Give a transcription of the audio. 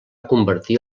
convertir